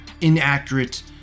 inaccurate